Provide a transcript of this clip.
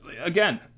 again